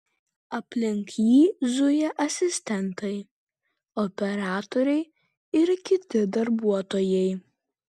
aplink jį zuja asistentai operatoriai ir kiti darbuotojai